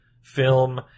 film